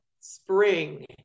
spring